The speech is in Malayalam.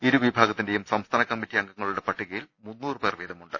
ഇരു വിഭാഗത്തിന്റെയും സംസ്ഥാന കമ്മിറ്റി അംഗങ്ങളുടെ പട്ടികയിൽ മുന്നൂറു പേർ വീതം ഉണ്ട്